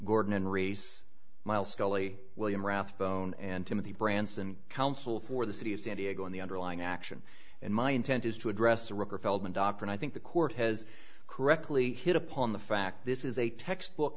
gordon in race mile sculley william rathbone and timothy branson council for the city of san diego in the underlying action and my intent is to address the river feldman doctrine i think the court has correctly hit upon the fact this is a textbook